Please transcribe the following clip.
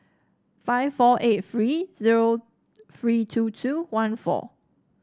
five four eight three zero three two two one four